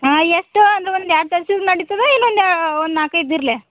ಹಾಂ ಎಷ್ಟು ಅಂದ್ರೆ ಒಂದು ಎರಡು ತರ್ಸಿದ್ರೆ ನಡೀತದ ಇನ್ನೊಂದು ಒಂದು ನಾಲ್ಕೈದು ಇರ್ಲೇ